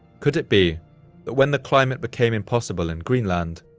could it be that when the climate became impossible in greenland,